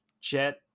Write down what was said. Jet